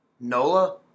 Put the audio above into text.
Nola